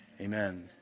Amen